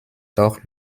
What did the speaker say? doch